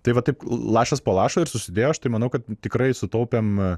tai va taip lašas po lašo ir susidėjo aš tai manau kad tikrai sukaupėm